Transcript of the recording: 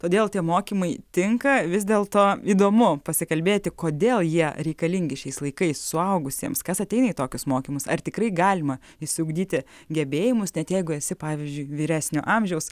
todėl tie mokymai tinka vis dėlto įdomu pasikalbėti kodėl jie reikalingi šiais laikais suaugusiems kas ateina į tokius mokymus ar tikrai galima išsiugdyti gebėjimus net jeigu esi pavyzdžiui vyresnio amžiaus